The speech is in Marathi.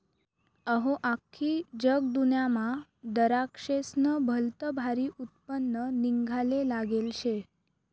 अहो, आख्खी जगदुन्यामा दराक्शेस्नं भलतं भारी उत्पन्न निंघाले लागेल शे